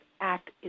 act